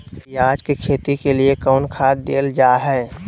प्याज के खेती के लिए कौन खाद देल जा हाय?